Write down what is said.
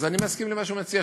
אז אני מסכים למה שהוא מציע,